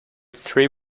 three